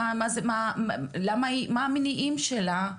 מה המניעים שלה.